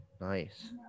Nice